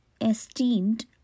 esteemed